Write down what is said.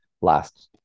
last